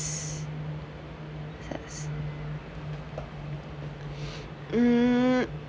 um